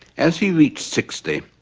as he reached sixty,